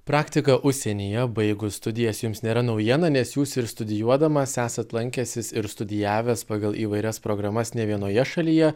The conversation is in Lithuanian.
praktika užsienyje baigus studijas jums nėra naujiena nes jūs ir studijuodamas esat lankęsis ir studijavęs pagal įvairias programas ne vienoje šalyje